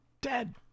dead